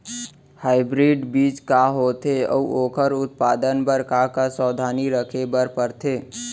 Hybrid बीज का होथे अऊ ओखर उत्पादन बर का का सावधानी रखे बर परथे?